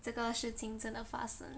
这个事情真的发生